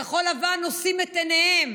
כחול לבן נושאים את עיניהם: